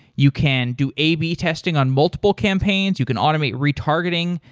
you can do a b testing on multiple campaigns. you can automate retargeting.